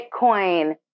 Bitcoin